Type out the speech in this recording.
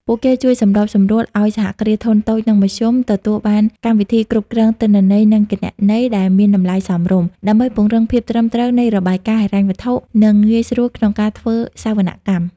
ពួកគេជួយសម្របសម្រួលឱ្យ សហគ្រាសធុនតូច និងមធ្យម ទទួលបានកម្មវិធីគ្រប់គ្រងទិន្នន័យ និងគណនេយ្យដែលមានតម្លៃសមរម្យ ដើម្បីពង្រឹងភាពត្រឹមត្រូវនៃរបាយការណ៍ហិរញ្ញវត្ថុ និងងាយស្រួលក្នុងការធ្វើសវនកម្ម។